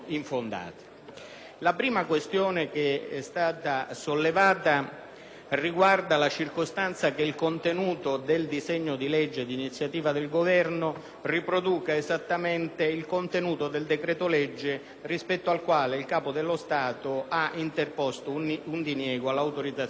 La prima questione sollevata riguarda la circostanza che il contenuto del disegno di legge di iniziativa del Governo riproduca esattamente il contenuto del decreto-legge rispetto al quale il Capo dello Stato ha interposto un diniego all'autorizzazione e alla pubblicazione.